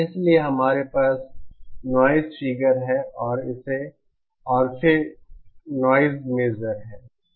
इसलिए हमारे पास नॉइज़ फिगर है और फिर नॉइज़ मेजर है